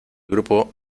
grupo